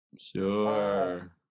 Sure